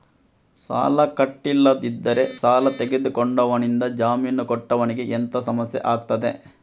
ಸಾಲ ಕಟ್ಟಿಲ್ಲದಿದ್ದರೆ ಸಾಲ ತೆಗೆದುಕೊಂಡವನಿಂದ ಜಾಮೀನು ಕೊಟ್ಟವನಿಗೆ ಎಂತ ಸಮಸ್ಯೆ ಆಗ್ತದೆ?